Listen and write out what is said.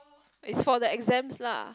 it is for the exams lah